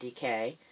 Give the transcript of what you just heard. DK